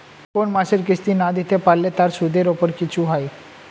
কোন মাসের কিস্তি না দিতে পারলে তার সুদের উপর কিছু হয়?